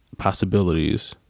Possibilities